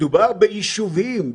מדובר ביישובים,